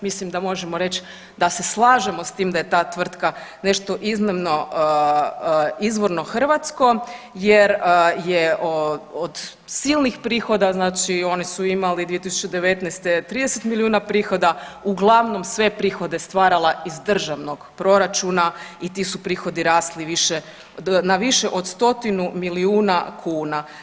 Mislim da možemo reći da se slažemo s tim da je ta tvrtka nešto iznimno izvorno hrvatsko jer je od silnih prihoda, znači oni su imali 2019. 30 milijuna prihoda, uglavnom sve prihode stvarala iz državnog proračuna i ti su prihodi rasli više, na više od 100 milijuna kuna.